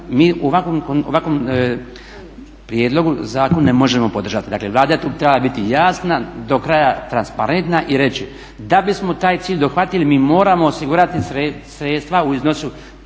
mi u ovakvom prijedlogu zakon ne možemo podržati. Dakle Vlada je tu trebala biti jasna, do kraja transparentna i reći, da bismo taj cilj dohvatili mi moramo osigurati sredstva u iznosu